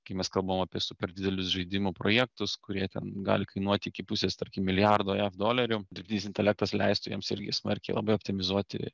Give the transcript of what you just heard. kai mes kalbam apie super didelius žaidimų projektus kurie ten gali kainuoti iki pusės tarkim milijardo jav dolerių dirbtinis intelektas leistų jiems irgi smarkiai labai optimizuoti